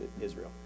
Israel